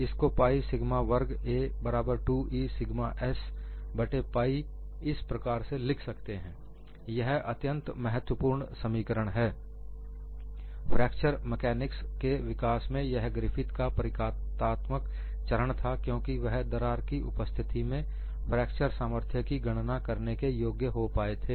इसको pi sigma वर्ग a बराबर 2E सिग्मा s बट्टे पाइ इस प्रकार से लिख सकते हैं यह अत्यंत महत्वपूर्ण समीकरण है फ्रैक्चर मैकानिक्स के विकास में यह ग्रिफिथ का प्रतीकात्मक चरण था क्योंकि वह दरार की उपस्थिति में फ्रैक्चर सामर्थ्य की गणना करने के योग्य हो पाए थे